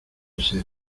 ser